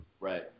Right